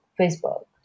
facebook